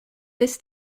this